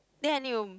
then I need to